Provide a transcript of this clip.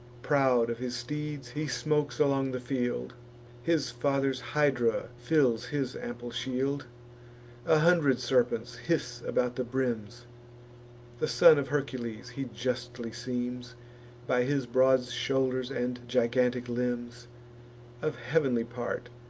proud of his steeds, he smokes along the field his father's hydra fills his ample shield a hundred serpents hiss about the brims the son of hercules he justly seems by his broad shoulders and gigantic limbs of heav'nly part,